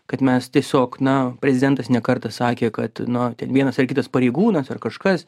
kad mes tiesiog na prezidentas ne kartą sakė kad nu ten vienas ar kitas pareigūnas ar kažkas